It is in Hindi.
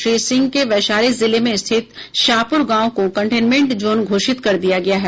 श्री सिंह के वैशाली जिले में स्थित शाहपुर गांव को कंटेनमेंट जोन घोषित कर दिया गया है